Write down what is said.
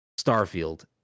Starfield